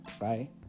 right